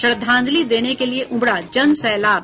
श्रद्धांजलि देने के लिये उमड़ा जन सैलाब